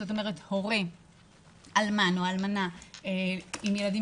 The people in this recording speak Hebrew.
זאת אומרת הורה אלמן או אלמנה עם ילדים